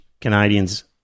Canadians